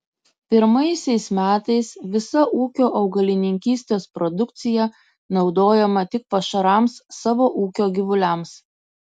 pirmaisiais metais visa ūkio augalininkystės produkcija naudojama tik pašarams savo ūkio gyvuliams